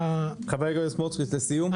חבר הכנסת סמוטריץ', מילים אחרונות לסיום בבקשה.